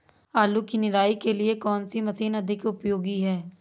आलू की निराई के लिए कौन सी मशीन अधिक उपयोगी है?